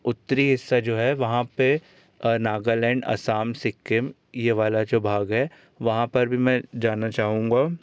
उत्तरी हिस्सा जो है वहाँ पर नागालैंड असम सिक्किम यह वाला जो भाग है वहाँ पर भी मैं जाना चाहूँगा